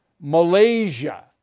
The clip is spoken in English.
Malaysia